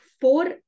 four